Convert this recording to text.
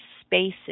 spaces